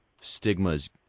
stigmas